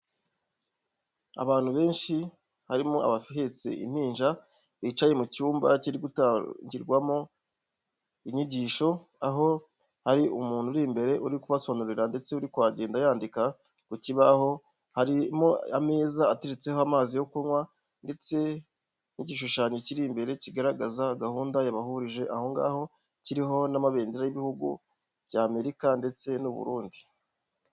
Abantu benshi harimo abahetse impinja bicaye mu cyumba kiri gutangirwamo inyigisho, aho ari umuntu uri imbere uri kubasobanurira ndetse uri kuhagenda yandika ku kibaho, harimo ameza ateretseho amazi yo kunywa ndetse n'igishushanyo kiri imbere kigaragaza gahunda yabahurije ahongaho, kiriho n'amabendera y'ibihugu bya amerika ndetse n'Uburundi.